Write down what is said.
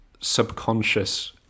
subconscious